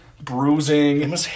bruising